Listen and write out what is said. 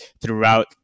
throughout